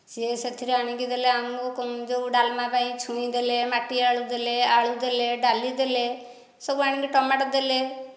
ସେ ସେଥିରୁ ଆଣିକି ଦେଲେ ଆମକୁ ଯେଉଁ ଡାଲମା ପାଇଁ ଛୁଇଁ ଦେଲେ ମାଟିଆଳୁ ଦେଲେ ଆଳୁ ଦେଲେ ଡାଲି ଦେଲେ ସବୁ ଆଣିକି ଟମାଟୋ ଦେଲେ